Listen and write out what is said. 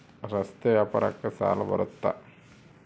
ರಸ್ತೆ ವ್ಯಾಪಾರಕ್ಕ ಸಾಲ ಬರುತ್ತಾ?